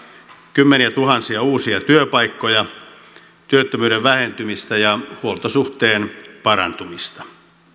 kymmeniätuhansia uusia työpaikkoja työttömyyden vähentymistä ja huoltosuhteen parantumista